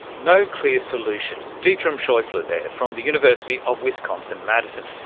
no clear solution, dietram scheufele there from the university of wisconsin, madison.